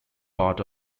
part